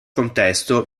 contesto